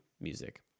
music